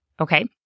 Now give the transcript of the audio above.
Okay